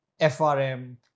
frm